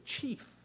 chief